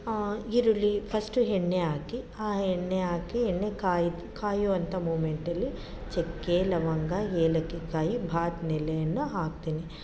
ಈರುಳ್ಳಿ ಫಸ್ಟ್ ಎಣ್ಣೆ ಹಾಕಿ ಆ ಎಣ್ಣೆ ಹಾಕಿ ಎಣ್ಣೆ ಕಾಯಿ ಕಾಯುವಂಥ ಮೂಮೆಂಟಲ್ಲಿ ಚಕ್ಕೆ ಲವಂಗ ಏಲಕ್ಕಿಕಾಯಿ ಬಾತ್ನ ಎಲೆಯನ್ನು ಹಾಕ್ತೀನಿ